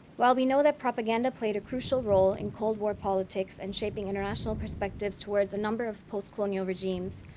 while we know that propaganda played a crucial role in cold war politics and shaping international perspectives towards a number of post-colonial regimes,